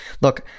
look